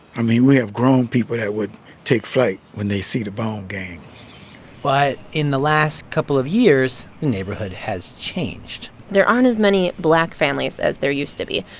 i mean, we have grown people that would take flight when they see the bone gang but in the last couple of years, the neighborhood has changed there aren't as many black families as there used to be.